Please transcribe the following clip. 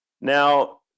Now